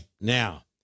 now